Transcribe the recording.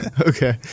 Okay